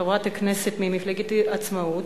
חברת הכנסת ממפלגת העצמאות,